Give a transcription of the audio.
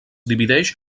divideix